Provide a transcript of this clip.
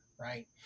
right